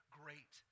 great